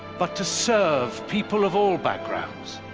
but to serve people of all backgrounds,